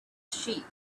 sheep